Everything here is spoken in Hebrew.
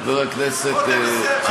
בוא תנסה את זה, מה אכפת לך?